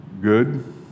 good